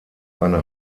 eine